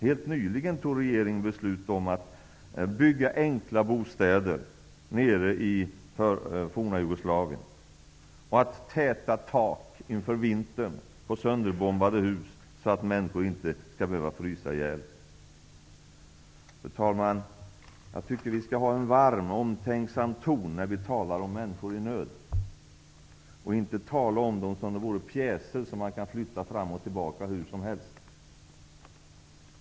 Helt nyligen fattade regeringen beslut om att bygga enkla bostäder nere i det forna Jugoslavien och att täta tak inför vintern på sönderbombade hus, så att människor inte skall behöva frysa ihjäl. Fru talman! Jag tycker att vi skall ha en varm och omtänksam ton när vi talar om människor i nöd och inte tala om dem som om de vore pjäser som man kan flytta fram och tillbaka hur som helst.